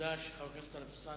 תודה לחבר הכנסת טלב אלסאנע